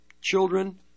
children